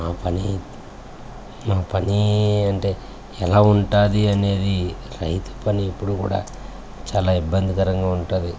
మా పని మా పని అంటే ఎలా ఉంటుంది అనేది రైతు పని ఎప్పుడు కూడా చాలా ఇబ్బందికరంగా ఉంటుంది